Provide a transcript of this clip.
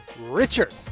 Richard